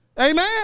Amen